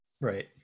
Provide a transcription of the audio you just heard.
Right